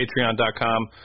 patreon.com